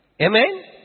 Amen